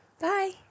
Bye